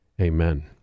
Amen